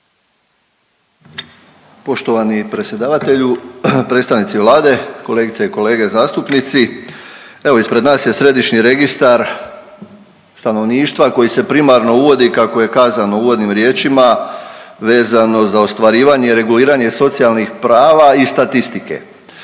Poštovani predsjedavatelju, predstavnici Vlade, kolegice i kolege zastupnici. Evo ispred nas je središnji registar stanovništva koji se primarno uvodi kako je kazano u uvodnim riječima vezano za ostvarivanje, reguliranje socijalnih prava i statistike.